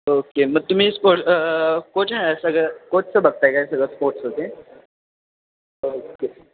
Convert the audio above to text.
okay मग तुम्ही sport coach आहे सगळं कोचचं बघत आहे काय सगळं स्पोर्ट्सचं ते ओके